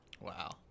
Wow